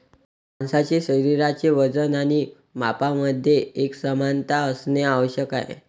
माणसाचे शरीराचे वजन आणि मापांमध्ये एकसमानता असणे आवश्यक आहे